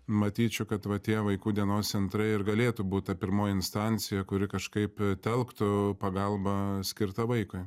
matyčiau kad va tie vaikų dienos centrai ir galėtų būt ta pirmoji instancija kuri kažkaip telktų pagalbą skirtą vaikui